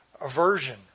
aversion